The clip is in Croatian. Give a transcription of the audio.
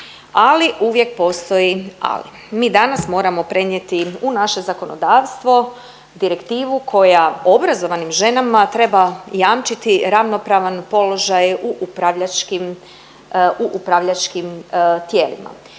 ali uvijek postoji ali. Mi danas moramo prenijeti u naše zakonodavstvo direktivu koja obrazovanim ženama treba jamčiti ravnopravan položaj u upravljački, u